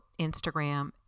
Instagram